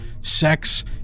sex